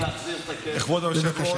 כבוד היושב-ראש,